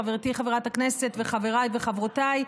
חברתי חברת הכנסת וחבריי וחברותיי,